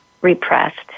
repressed